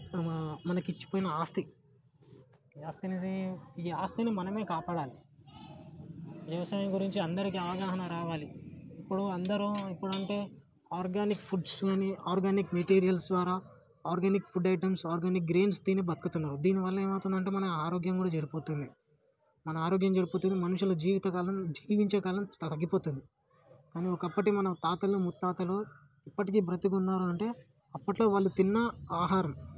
మన మనకి ఇచ్చి పోయిన ఆస్తి ఈ ఆస్తి అనేది ఆస్తినిని మనమే కాపాడాలి వ్యవసాయం గురించి అందరికి అవగాహన రావాలి ఇప్పుడు అందరు ఇప్పుడు అంటే ఆర్గానిక్ ఫుడ్స్ కానీ ఆర్గానిక్ మెటీరియల్ ద్వారా organic food items organic grains తిని బతుకుతున్నారు దీని వల్ల ఏమవుతుంది అంటే మన ఆరోగ్యం కూడా చెడిపోతుంది మన ఆరోగ్యం చెడిపోతుంది మనుషుల జీవితకాలం జీవించే కాలం తగ్గిపోతుంది కానీ ఒకప్పటి మన తాతలు ముత్తాతలు ఇప్పటికి బ్రతికి ఉన్నారు అంటే అప్పట్లో వాళ్ళు తిన్న ఆహారం